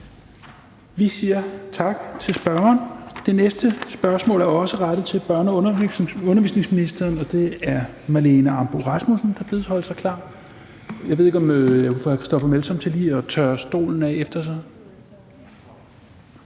vi siger tak til spørgeren. Det næste spørgsmål er også til rettet til børne- og undervisningsministeren, og det er af Marlene Ambo-Rasmussen, der bedes holde sig klar. Jeg ved ikke, om jeg kunne få hr. Christoffer Aagaard Melson til lige at tørre stolen af efter sig.